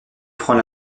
prend